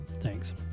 Thanks